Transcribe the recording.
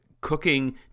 cooking